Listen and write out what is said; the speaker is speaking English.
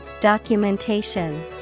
Documentation